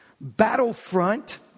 battlefront